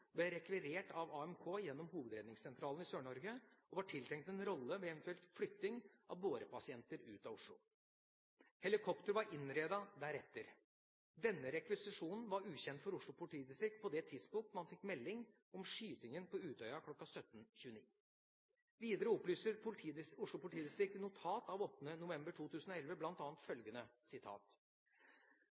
ble rekvirert av AMK gjennom Hovedredningssentralen Sør-Norge, og var tiltenkt en rolle ved eventuell flytting av bårepasienter ut av Oslo. Helikopteret var innredet deretter. Denne rekvisisjonen var ukjent for Oslo politidistrikt på det tidspunkt man fikk melding om skyting på Utøya kl. 17.29. Videre opplyser Oslo politidistrikt i notat av 8. november 2011 bl.a. følgende: